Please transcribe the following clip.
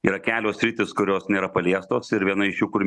yra kelios sritys kurios nėra paliestos ir viena iš kur